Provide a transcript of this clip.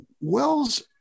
Wells